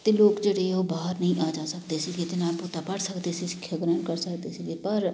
ਅਤੇ ਲੋਕ ਜਿਹੜੇ ਉਹ ਬਾਹਰ ਨਹੀਂ ਆ ਜਾ ਸਕਦੇ ਸੀਗੇ ਅਤੇ ਨਾ ਬਹੁਤਾ ਪੜ੍ਹ ਸਕਦੇ ਸੀ ਸਿੱਖਿਆ ਗ੍ਰਹਿਣ ਕਰ ਸਕਦੇ ਸੀਗੇ ਪਰ